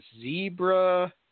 zebra